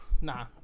Nah